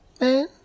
Man